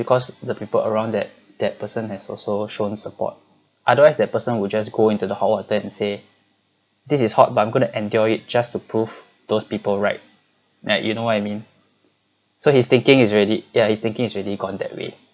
because the people around that that person has also shown support otherwise that person will just go into the hot water and say this is hot but I'm going to endure it just to prove those people right you know what I mean so his thinking is really ya his thinking is really gone that way